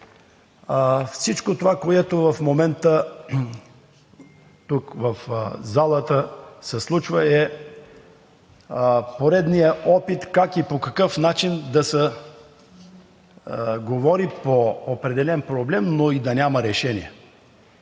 Всичко това, което в момента се случва тук, в залата, е поредният опит как и по какъв начин да се говори по определен проблем, но и да няма решение.